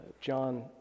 John